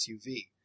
suv